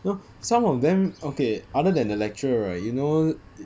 some of them okay other than the lecturer right you know